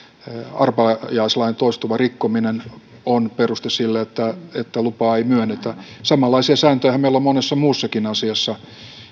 arpajaislain toistuva rikkominen on peruste sille että lupaa ei myönnetä samanlaisia sääntöjähän meillä on monessa muussakin asiassa